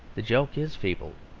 the joke is feeble,